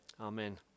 Amen